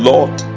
Lord